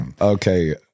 Okay